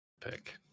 Pick